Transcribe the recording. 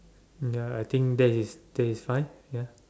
ya I think that is that is fine ya